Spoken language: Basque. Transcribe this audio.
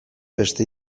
beste